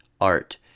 Art